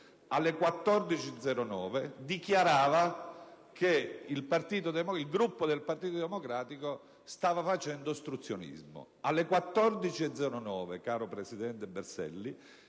ore 14,09 dichiarava che il Gruppo del Partito Democratico stava facendo ostruzionismo. Alle ore 14,09, caro presidente Berselli,